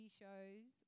shows